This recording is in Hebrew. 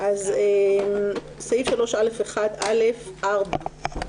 סעיף קטן3א(1)(א)(4)